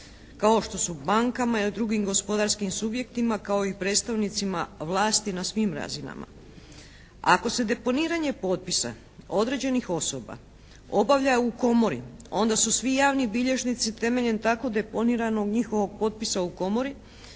kao što su bankama i drugim gospodarskim subjektima kao i predstavnicima vlasti na svim razinama. Ako se deponiranje potpisa određenih potpisa obavlja u komori onda su svi javni bilježnici temeljem tako deponiranog njihovog potpisa u komori